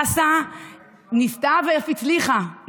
הדסה ניסתה ואף הצליחה,